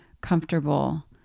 comfortable